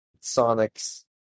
Sonic's